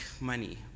money